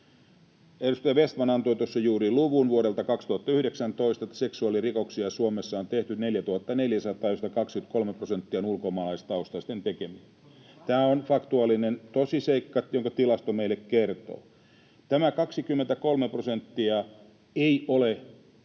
Edustaja Vestman juuri antoi tuossa vuodelta 2019 luvun, että seksuaalirikoksia Suomessa on tehty 4 400, joista 23 prosenttia on ulkomaalaistaustaisten tekemiä. Tämä on faktuaalinen tosiseikka, jonka tilasto meille kertoo. Tämä 23 prosenttia ei ole vain